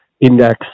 index